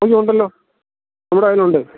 അയ്യോ ഉണ്ടല്ലോ നമ്മുടെയിലുണ്ട്